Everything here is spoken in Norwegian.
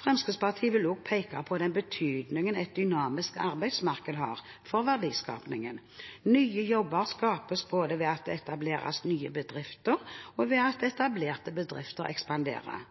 Fremskrittspartiet vil også peke på den betydningen et dynamisk arbeidsmarked har for verdiskapingen. Nye jobber skapes både ved at det etableres nye bedrifter, og ved at etablerte bedrifter ekspanderer.